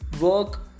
work